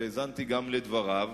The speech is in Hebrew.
והאזנתי גם לדבריו,